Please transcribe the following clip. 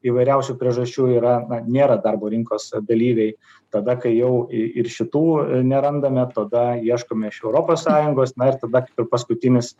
įvairiausių priežasčių yra na nėra darbo rinkos dalyviai tada kai jau ir šitų nerandame tada ieškome iš europos sąjungos na ir tada kaip ir paskutinis